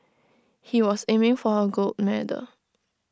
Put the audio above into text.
he was aiming for A gold medal